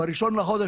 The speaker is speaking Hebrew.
ב-1 בחודש,